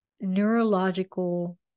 neurological